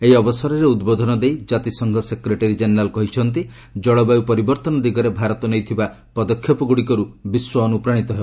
ଏହି ଅବସରରେ ଉଦ୍ବୋଧନ ଦେଇ ଜାତିସଂଘ ସେକ୍ରେଟାରି ଜେନେରାଲ୍ କହିଛନ୍ତି କଳବାୟ ପରିବର୍ତ୍ତନ ଦିଗରେ ଭାରତ ନେଇଥିବା ପଦକ୍ଷେପଗୁଡ଼ିକରୁ ବିଶ୍ୱ ଅନୁପ୍ରାଣିତ ହେବ